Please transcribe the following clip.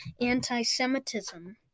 anti-Semitism